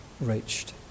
reached